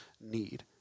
need